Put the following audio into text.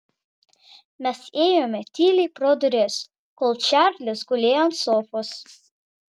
mes ėjome tyliai pro duris kol čarlis gulėjo ant sofos